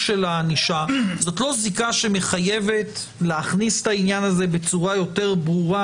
של הענישה זאת לא זיקה שמחייבת להכניס את העניין הזה בצורה יותר ברורה?